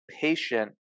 patient